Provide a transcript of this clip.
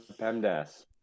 PEMDAS